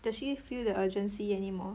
does she feel the urgency anymore